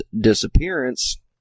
disappearance